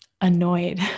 annoyed